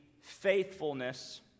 faithfulness